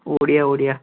Odia Odia